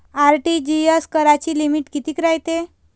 RTGS कराची limit कितीक रायते?